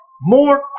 more